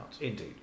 indeed